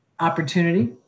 opportunity